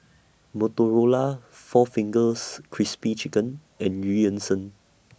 Motorola four Fingers Crispy Chicken and EU Yan Sang